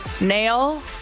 Nail